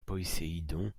poséidon